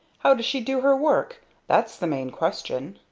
how does she do her work that's the main question.